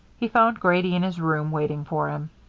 he found grady in his room waiting for him.